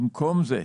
במקום זה,